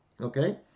Okay